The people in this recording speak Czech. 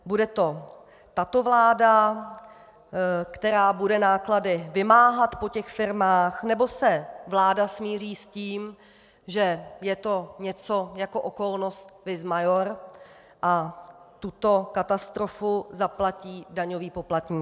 Bude to tato vláda, která bude náklady vymáhat po těch firmách, nebo se vláda smíří s tím, že je to něco jako okolnost vis maior a tuto katastrofu zaplatí daňoví poplatníci?